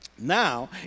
Now